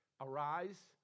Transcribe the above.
arise